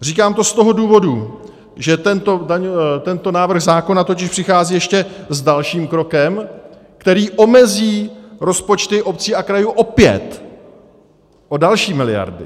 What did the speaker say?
Říkám to z toho důvodu, že tento návrh zákona totiž přichází ještě s dalším krokem, který omezí rozpočty obcí a krajů opět o další miliardy.